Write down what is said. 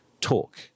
talk